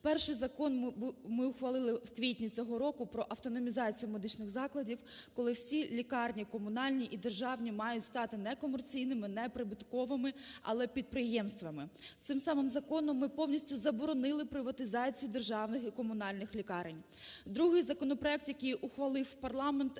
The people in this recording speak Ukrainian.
Перший закон ми ухвалили у квітні цього року – про автономізацію медичних закладів, коли всі лікарні комунальні і державні мають стати некомерційними, неприбутковими, але підприємствами. Цим самим законом ми повністю заборонили приватизацію державних і комунальних лікарень. Другий законопроект, який ухвалив парламент,